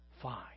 fine